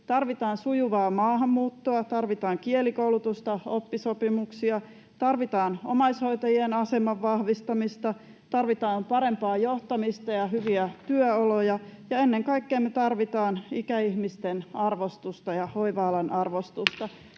Tarvitaan sujuvaa maahanmuuttoa, tarvitaan kielikoulutusta, oppisopimuksia. Tarvitaan omaishoitajien aseman vahvistamista. Tarvitaan parempaa johtamista ja hyviä työoloja. Ja ennen kaikkea me tarvitaan ikäihmisten arvostusta ja hoiva-alan arvostusta.